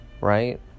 Right